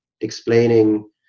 explaining